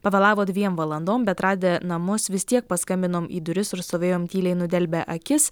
pavėlavo dviem valandom bet radę namus vis tiek paskambinom į duris ir stovėjom tyliai nudelbę akis